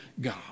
God